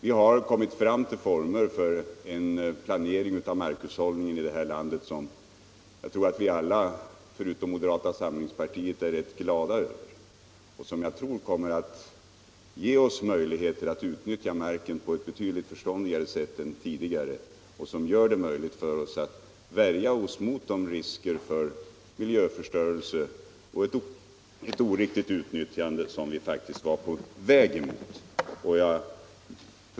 Vi har kommit fram till former för en planering av markhushållningen i det här landet som jag tror att vi alla — utom moderata samlingspartiet — är rätt glada över och som kommer att ge oss möjligheter att utnyttja marken på ett betydligt förståndigare sätt än tidigare och värja oss mot de risker för miljöförstöring och ett oriktigt utnyttjande som vi faktiskt var på väg emot.